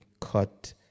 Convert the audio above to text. cut